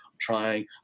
trying